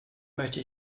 möchte